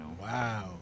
Wow